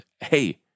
hey